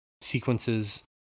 sequences